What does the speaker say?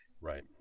right